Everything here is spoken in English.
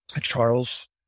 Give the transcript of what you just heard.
Charles